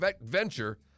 venture